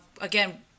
Again